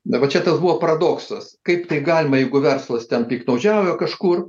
dabar čia tas buvo paradoksas kaip tai galima jeigu verslas ten piktnaudžiauja kažkur